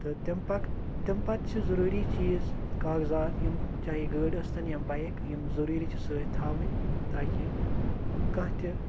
تہٕ تَمہِ پَتہٕ تَمہِ پتہٕ چھُ ضروٗری چیٖز کاغزات یِم چاہے گٲڑۍ ٲستن یا بایک یِم ضروٗری چھِ سۭتۍ تھاوٕنۍ تَاکہِ کانٛہہ تہِ